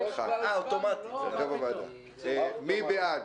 מי בעד?